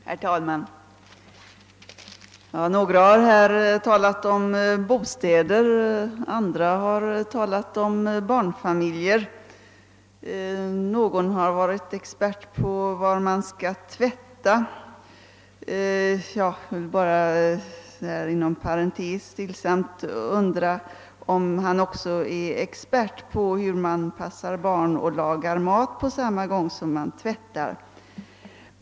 Herr talman! Några deltagare i denna diskussion har talat om bostäder, andra om barnfamiljer. Någon uppträdde också som expert på tvättfrågor. Jag undrar bara litet stillsamt om den tvättexperten också är expert på hur man passar barn och lagar mat på samma gång som man tvättar.